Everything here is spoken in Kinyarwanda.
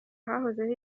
ahahoze